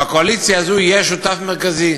בקואליציה הזאת יש שותף מרכזי,